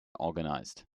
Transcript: organized